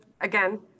Again